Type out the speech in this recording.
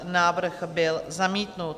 Návrh byl zamítnut.